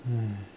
!aiya!